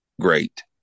great